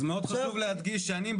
אז מאוד חשוב להדגיש שאני,